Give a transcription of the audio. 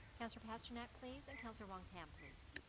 councillor pasternak, please and councillor wong-tam, please.